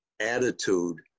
attitude